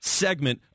segment